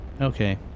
Okay